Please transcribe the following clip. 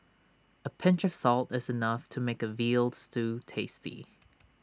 A pinch of salt is enough to make A Veal Stew tasty